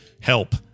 Help